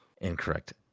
Incorrect